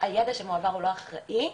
הידע שמועבר הוא לא אחראי,